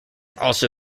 also